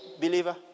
believer